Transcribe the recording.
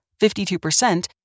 52%